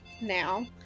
now